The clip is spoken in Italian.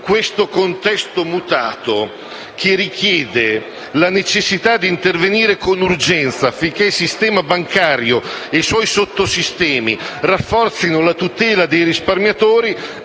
questo contesto mutato a richiedere di intervenire con urgenza affinché il sistema bancario e i suoi sottosistemi rafforzino la tutela dei risparmiatori,